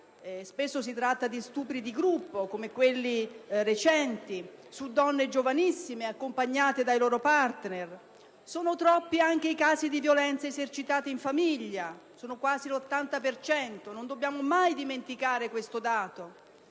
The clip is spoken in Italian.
spesso si tratta di stupri di gruppo, come quelli recenti, su donne giovanissime accompagnate dai loro *partner*. Sono troppi anche i casi di violenze esercitate in famiglia (quasi l'80 per cento); non dobbiamo mai dimenticare questo dato: